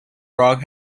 frog